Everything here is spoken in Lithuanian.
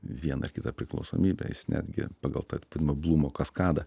vieną ar kitą priklausomybę is netgi pagal tą blumo kaskadą